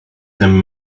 ten